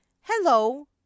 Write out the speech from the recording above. hello